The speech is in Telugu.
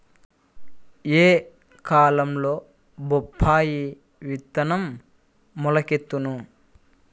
ఏ కాలంలో బొప్పాయి విత్తనం మొలకెత్తును?